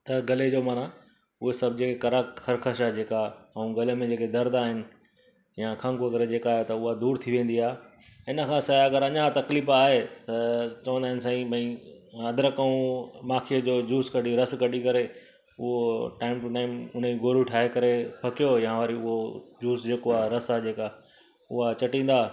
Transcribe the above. त गले जो माना उहे सभु जेके करा कर्कश आहे जेका ऐं गले में जेके दर्द आहिनि या खंग वग़ैरह जेका आहे त उहा दूरि थी वेंदी आहे इन खां सवाए अगरि अञा तकलीफ़ आहे त चवंदा आहिनि साईं अद्रक ऐं माखीअ जो जूस कढी रस कढी करे उहो टाइम टू टाइम हुन जी गोरियूं ठाहे करे फकियो या वरी उहो जूस जेको आहे रस आहे जेका उहा चटींदा